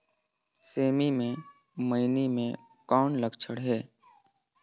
सेमी मे मईनी के कौन लक्षण हे?